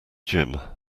gym